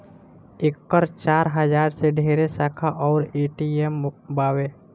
एकर चार हजार से ढेरे शाखा अउर ए.टी.एम बावे